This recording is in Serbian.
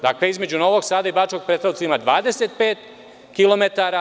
Dakle, između Novog Sada i Bačkog Petrovca ima 25 km.